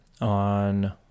on